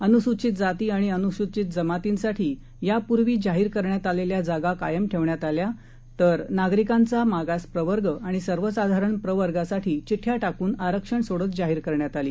अनुसूचितजातीआणिअनुसूचितजमातीसाठीयापूर्वीजाहीरकरण्यातआलेल्याजागाकायम ठेवण्यातआल्या तरनागरिकांचामागासप्रवर्गआणिसर्वसाधारणप्रवर्गासाठीचिड्याटाकूनआरक्षणसोडतजा हीरकरण्यातआली